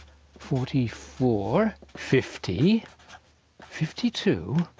forty four, fifty, fifty two,